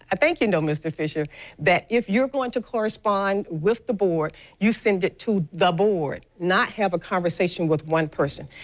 i think you know, mr. fisher that if you are going to core with the board, you send it to the board, not have a conversation with one person.